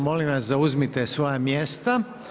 Molim vas zauzmite svoja mjesta.